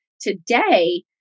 today